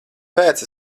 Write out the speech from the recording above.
pēc